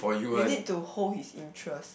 you need to hold his interest